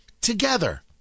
together